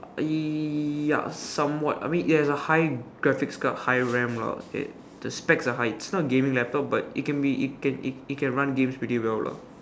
ya some what I mean it has high graphic card high ram lah the specs are high is not gaming laptop but it can be it can it can run games pretty well lah